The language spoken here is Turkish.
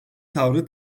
tavrı